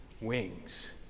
wings